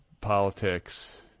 politics